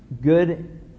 good